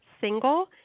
single